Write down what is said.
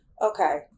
Okay